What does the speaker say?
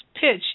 pitch